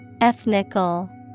Ethnical